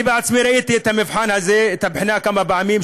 אני בעצמי ראיתי את המבחן הזה כמה פעמים,